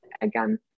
again